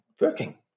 working